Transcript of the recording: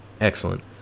Excellent